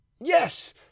yes